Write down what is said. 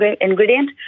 ingredient